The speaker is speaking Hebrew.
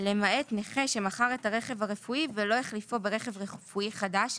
למעט נכה שמכר את הרכב הרפואי ולא החליפו ברכב רפואי חדש.